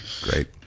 Great